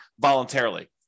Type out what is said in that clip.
voluntarily